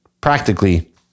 practically